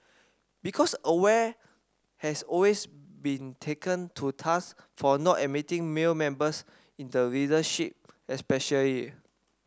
because Aware has always been taken to task for not admitting male members in the leadership especially